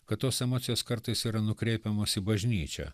kad tos emocijos kartais yra nukreipiamos į bažnyčią